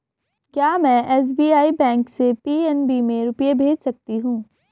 क्या में SBI bank से पी.एन.बी में रुपये भेज सकती हूँ?